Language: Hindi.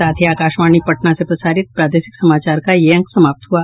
इसके साथ ही आकाशवाणी पटना से प्रसारित प्रादेशिक समाचार का ये अंक समाप्त हुआ